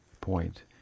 point